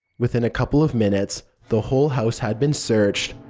within a couple of minutes, the whole house had been searched.